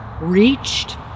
reached